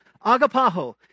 Agapaho